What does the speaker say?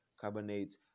carbonates